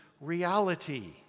reality